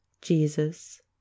Jesus